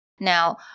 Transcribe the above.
Now